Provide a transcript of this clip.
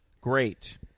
Great